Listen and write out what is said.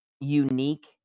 unique